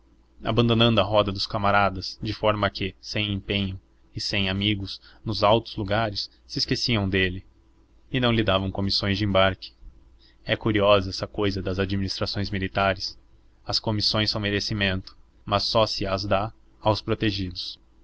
abandonando a roda dos camaradas de forma que sem empenhos e sem amigos nos altos lugares se esqueciam dele e não lhe davam comissões de embarque é curiosa essa cousa das administrações militares as comissões são merecimento mas só se as dá aos protegidos